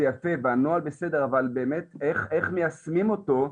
זה יפה והנוהל בסדר אבל באמת איך מיישמים אותו?